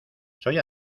soy